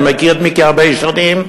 אני מכיר את מיקי הרבה שנים,